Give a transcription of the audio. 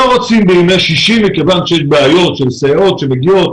שלא רוצות בימי שישי להפעיל אותם מכיוון שיש בעיות של סייעות שמגיעות